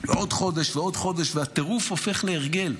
ועוד חודש ועוד חודש, והטירוף הופך להרגל.